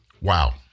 Wow